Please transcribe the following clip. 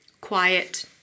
quiet